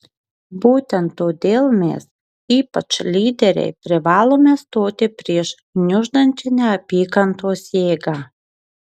būtent todėl mes ypač lyderiai privalome stoti prieš gniuždančią neapykantos jėgą